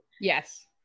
yes